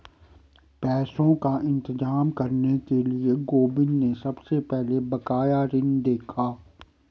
पैसों का इंतजाम करने के लिए गोविंद ने सबसे पहले बकाया ऋण देखा